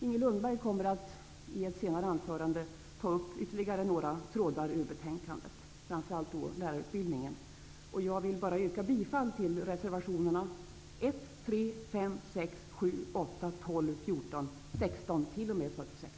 Inger Lundberg kommer senare att ta upp ytterligare några trådar ur betänkandet, framför allt när det gäller lärarutbildningen.